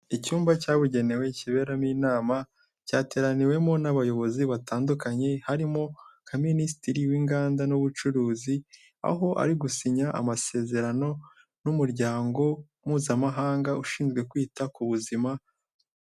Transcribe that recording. Icyumba cyabugenewe kiberamo inama cyateraniwemo n'abayobozi batandukanye harimo nka Minisitiri w'inganda n'ubucuruzi aho ari gusinya amasezerano n'umuryango mpuzamahanga ushinzwe kwita ku buzima.